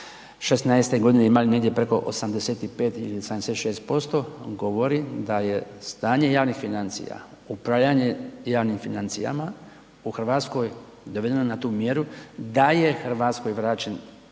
ga 2016. imali negdje preko 85 ili 86% nam govori da je stanje javnih financija, upravljanje javnim financijama u Hrvatskoj dovedeno na tu mjeru da je Hrvatskoj vraćen